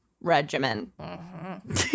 regimen